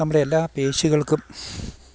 നമ്മുടെ എല്ലാ പേശികൾക്കും